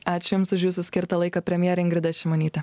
ačiū jums už jūsų skirtą laiką premjerė ingrida šimonytė